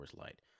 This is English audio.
Light